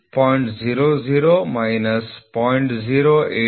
00 minus 0